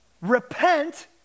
Repent